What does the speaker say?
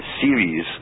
series